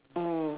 mm